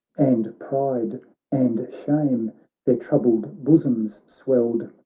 and pride and shame their troubled bosoms swelled.